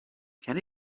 can